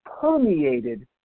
permeated